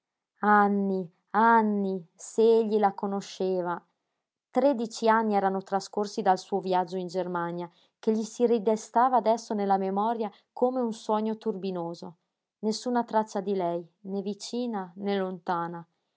anny se egli la conosceva tredici anni erano trascorsi dal suo viaggio in germania che gli si ridestava adesso nella memoria come un sogno turbinoso nessuna traccia di lei né vicina né lontana